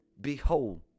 behold